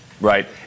right